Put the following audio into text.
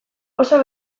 oso